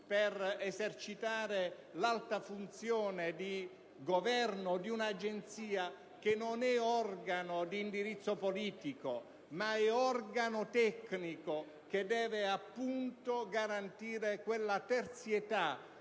per esercitare l'alta funzione di governo di un'Agenzia che non è organo di indirizzo politico ma tecnico, che deve appunto garantire quella terzietà